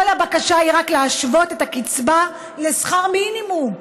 כל הבקשה היא רק להשוות את הקצבה לשכר מינימום.